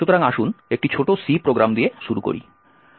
সুতরাং আসুন একটি ছোট C প্রোগ্রাম দিয়ে শুরু করি